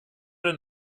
den